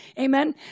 amen